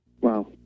Wow